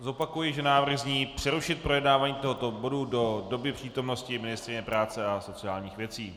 Zopakuji, že návrh zní přerušit projednávání tohoto bodu do doby přítomnosti ministryně práce a sociálních věcí.